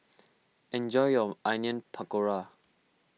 enjoy your Onion Pakora